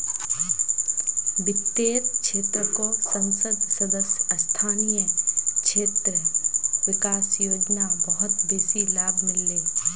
वित्तेर क्षेत्रको संसद सदस्य स्थानीय क्षेत्र विकास योजना बहुत बेसी लाभ मिल ले